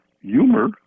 humor